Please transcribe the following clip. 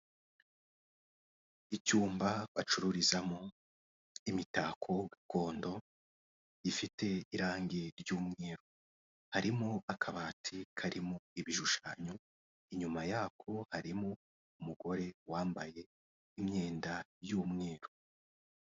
Icyumba bacururizamo imitako gakondo ifite irangi ry'umweru harimo akabati karimo ibishushanyo inyuma yako harimo umugore wambaye imyenda y'umweru.